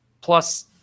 plus